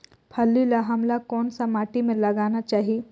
फल्ली ल हमला कौन सा माटी मे लगाना चाही?